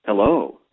Hello